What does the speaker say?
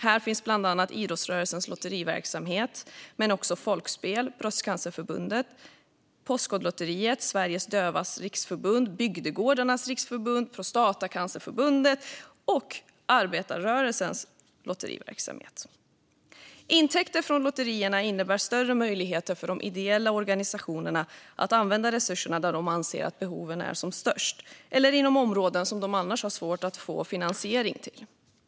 Här finns idrottsrörelsens lotteriverksamhet men också Folkspel, Bröstcancerförbundet, Postkodlotteriet, Sveriges Dövas Riksförbund, Bygdegårdarnas Riksförbund, Prostatacancerförbundet och arbetarrörelsens lotteriverksamhet. Intäkter från lotterierna innebär större möjligheter för de ideella organisationerna att använda resurserna där de anser att behoven är som störst eller inom områden som är svåra att få annan finansiering till.